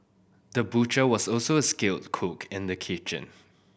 the butcher was also a skilled cook in the kitchen